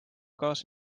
kaasa